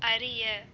அறிய